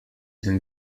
den